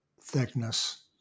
thickness